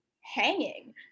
hanging